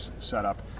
setup